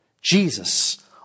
Jesus